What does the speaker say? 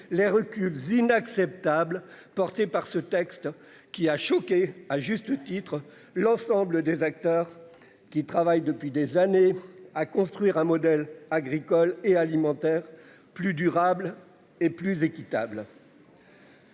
les reculs inacceptables portées par ce texte qui a choqué à juste titre l'ensemble des acteurs qui travaille depuis des années à construire un modèle agricole et alimentaire plus durable et plus équitable.